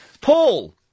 Paul